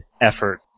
effort